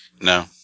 No